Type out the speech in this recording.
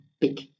big